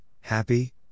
happy